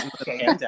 Okay